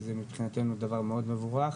שזה מבחינתנו דבר מאוד מבורך.